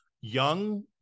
young